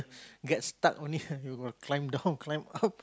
get stuck only you will climb down climb up